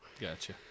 gotcha